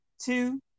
two